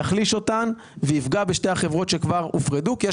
יחליש אותן ויפגע בשתי החברות שכבר הופרדו כי יש